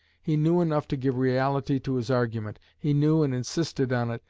he knew enough to give reality to his argument he knew, and insisted on it,